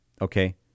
Okay